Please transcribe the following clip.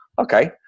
Okay